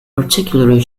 particularly